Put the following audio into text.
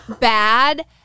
bad